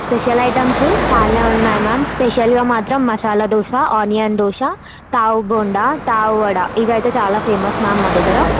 special items చాలా ఉన్నాయి ma'am స్పెషల్గా మాత్రం మసాలా దోశ ఆనియన్ దోశ తావ్ బోండా తావ్ వడ ఇవి అయితే చాలా ఫేమస్ మ్యామ్ మా దగ్గర